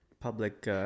Public